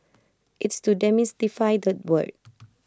it's to demystify that word